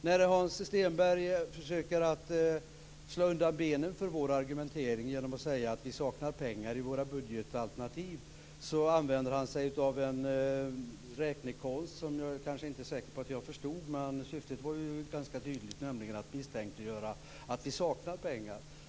När Hans Stenberg försöker att slå undan benen för vår argumentering genom att säga att vi saknar pengar i våra budgetalternativ använder han sig av en räknekonst som jag inte är säker på att jag förstod. Men syftet var ju ganska tydligt, nämligen att misstänkliggöra att vi saknar pengar.